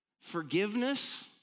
forgiveness